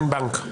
En banc.